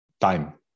time